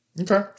Okay